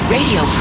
Radio